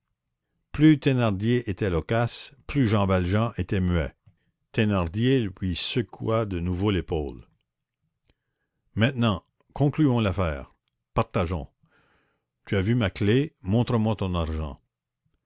plus thénardier était loquace plus jean valjean était muet thénardier lui secoua de nouveau l'épaule maintenant concluons l'affaire partageons tu as vu ma clef montre-moi ton argent